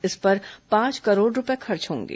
इस पर पांच करोड़ रूपये खर्च होंगे